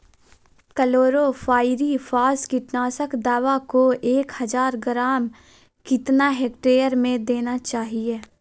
Chlorpyrifos कीटनाशक दवा को एक हज़ार ग्राम कितना हेक्टेयर में देना चाहिए?